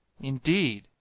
Indeed